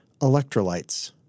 electrolytes